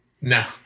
No